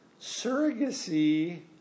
Surrogacy